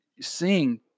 seeing